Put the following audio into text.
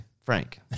Frank